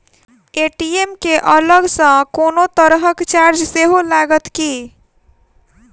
ATM केँ अलग सँ कोनो तरहक चार्ज सेहो लागत की?